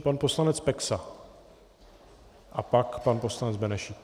Pan poslanec Peksa a pak pan poslanec Benešík.